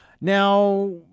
Now